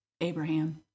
Abraham